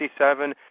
1967